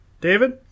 David